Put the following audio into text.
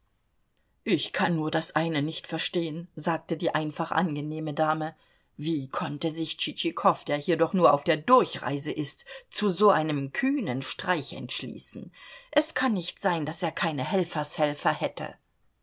ich kann nur das eine nicht verstehen sagte die einfach angenehme dame wie konnte sich tschitschikow der hier doch nur auf der durchreise ist zu so einem kühnen streich entschließen es kann nicht sein daß er keine helfershelfer hätte